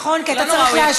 כי אתה צריך להשיב.